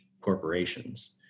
corporations